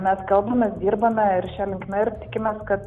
mes kalbam mes dirbame ir šia linkme ir tikimės kad